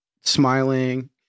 smiling